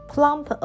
Plump